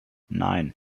nein